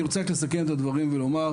אני רוצה רק לסכם את הדברים ולומר,